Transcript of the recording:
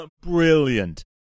brilliant